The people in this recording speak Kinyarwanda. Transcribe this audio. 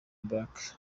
black